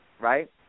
Right